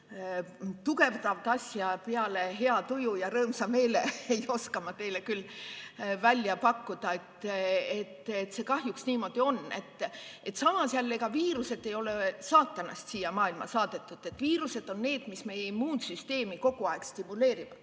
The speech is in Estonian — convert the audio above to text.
tugevdavat asja peale hea tuju ja rõõmsa meele ei oska ma teile küll välja pakkuda. See kahjuks niimoodi on. Samas jälle, ega viirused ei ole saatanast siia maailma saadetud. Viirused on need, mis meie immuunsüsteemi kogu aeg stimuleerivad.